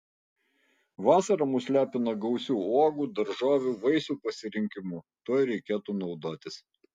vasara mus lepina gausiu uogų daržovių vaisių pasirinkimu tuo ir reikėtų naudotis